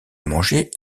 manger